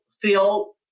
feel